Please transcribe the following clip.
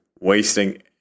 wasting